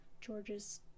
George's